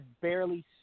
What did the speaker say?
barely